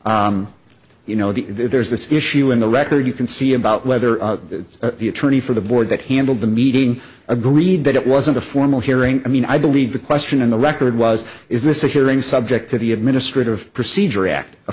it you know the there's this issue in the record you can see about whether the attorney for the board that handled the meeting agreed that it wasn't a formal hearing i mean i believe the question in the record was is this a hearing subject to the administrative procedure act a